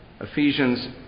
Ephesians